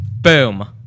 Boom